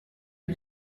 ari